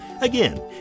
Again